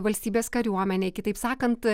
valstybės kariuomenei kitaip sakant